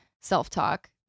self-talk